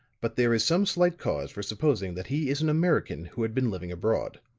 but there is some slight cause for supposing that he is an american who had been living abroad.